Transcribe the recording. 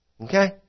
Okay